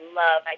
love